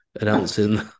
announcing